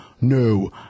no